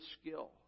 skill